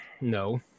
No